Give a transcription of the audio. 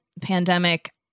pandemic